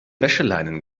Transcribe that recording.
wäscheleinen